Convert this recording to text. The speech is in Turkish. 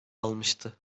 almıştı